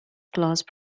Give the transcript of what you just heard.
clause